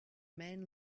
man